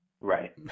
Right